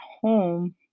home